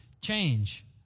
change